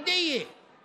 (אומר בערבית: